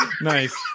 Nice